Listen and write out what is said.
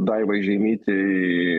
daivai žeimytei